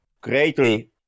greatly